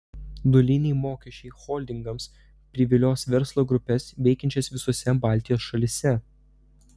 nuliniai mokesčiai holdingams privilios verslo grupes veikiančias visose baltijos šalyse